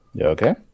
Okay